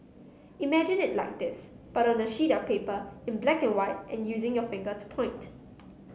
imagine it like this but on a sheet of paper in black and white and using your finger to point